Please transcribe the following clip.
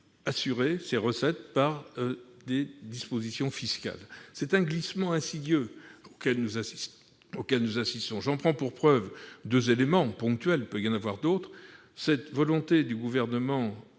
assurées par des dispositions fiscales. C'est un glissement insidieux auquel nous assistons. J'en prends pour preuve deux éléments ponctuels- on pourrait en citer d'autres : la volonté du Gouvernement